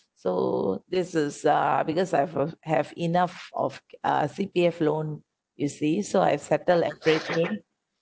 so this is uh because I've have enough of uh C_P_F loan you see so I settle everything